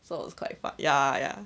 so it's quite far ya ya